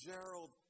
Gerald